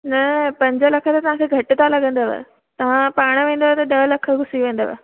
न पंज लख त तव्हां खे घटि था लॻंदव तव्हां पाणि वेंदव त ॾह लख बि थी वेंदव